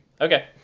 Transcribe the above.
Okay